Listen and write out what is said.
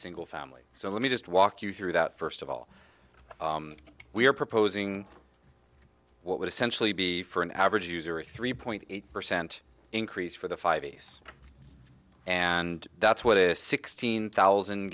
single family so let me just walk you through that first of all we are proposing what would essentially be for an average user a three point eight percent increase for the five s and that's what is sixteen thousand